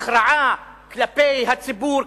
הכרעה כלפי הציבור,